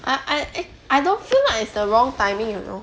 I I eh I don't feel like it's the wrong timing you know